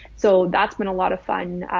so that's been a lot of fun.